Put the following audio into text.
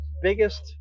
biggest